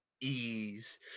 ease